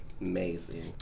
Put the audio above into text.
Amazing